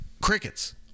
crickets